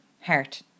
heart